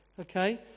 okay